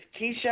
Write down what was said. Keisha